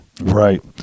right